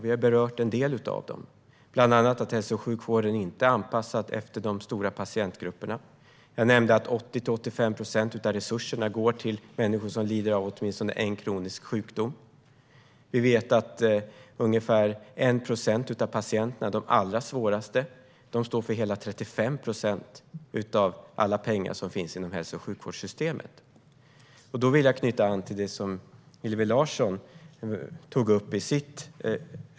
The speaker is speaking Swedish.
Vi har berört en del av dem, bland annat att hälso och sjukvården inte är anpassad efter de stora patientgrupperna. Jag nämnde att 80-85 procent av resurserna går till människor som lider av åtminstone en kronisk sjukdom. Vi vet att ungefär 1 procent av patienterna, de allra svåraste, står för hela 35 procent av alla pengar som finns inom hälso och sjukvårdssystemet. Jag vill knyta an till något som Hillevi Larsson tog upp.